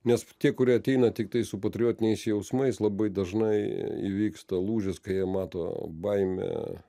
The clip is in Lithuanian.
nes tie kurie ateina tiktai su patriotiniais jausmais labai dažnai įvyksta lūžis kai jie mato baimę